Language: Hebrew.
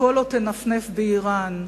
שכל עוד תנפנף באירן,